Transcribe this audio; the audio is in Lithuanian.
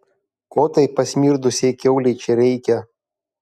ko tai pasmirdusiai kiaulei čia reikia